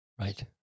right